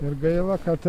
ir gaila kad